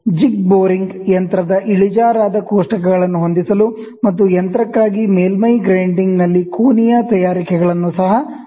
ಜಿಗ್ boring ಯಂತ್ರದ inclinable tables ಗಳನ್ನು ಹೊಂದಿಸಲು ಮತ್ತು ಯಂತ್ರಕ್ಕಾಗಿ ಮೇಲ್ಮೈ ಗ್ರೈಂಡಿಂಗ್ನಲ್ಲಿ ಕೋನೀಯ ಜಾಬ್ ಗಳ ತಯಾರಿಕೆಯಲ್ಲಿ ಸಹ ಬಳಸಲಾಗುತ್ತದೆ